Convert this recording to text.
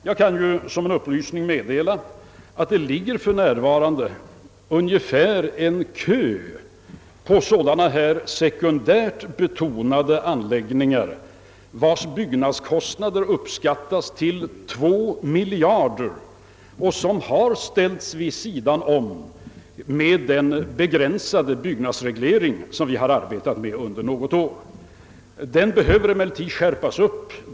Jag kan som upplysning meddela att det för närvarande ligger en kö på sådana här sekundärt betonade anläggningar vilkas byggnadskostnader uppskattas till två miljarder och som har ställts vid sidan om med den begränsade byggnadsreglering vi har arbetat med under något år. Denna behöver emellertid »skärpas upp».